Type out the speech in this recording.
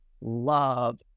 love